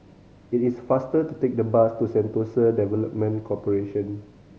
it is faster to take the bus to Sentosa Development Corporation